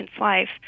life